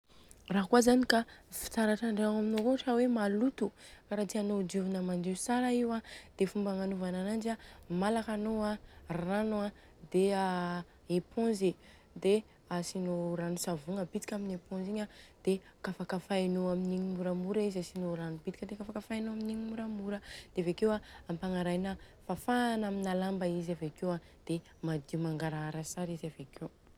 Raha kôa zany ka fitaratra andragno aminô akô ka hoe maloto, ka raha tianô diovina madio tsara io an dia fomba agnanovana ananjy an dia malaka anô a rano a dia a epônzy dia asinô ranintsavogna bitika amin'ny epônzy igny a dia kafakafainô amin'ny igny moramora izy dia asinô rano bitika dia kafakafainô amin'ny ingy moramora dia avekeo an ampagnarahina fafana amina lamba izy avekeo an dia madio mangarahara tsara izy avekeo.